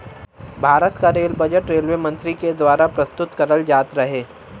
भारत क rail budget railway मंत्री के दवारा प्रस्तुत करल जात रहे